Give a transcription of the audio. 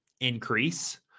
increase